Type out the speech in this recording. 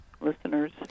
listeners